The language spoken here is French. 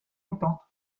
entente